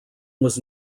was